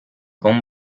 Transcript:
con